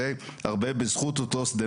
זה נקרא מאשרת?